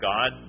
God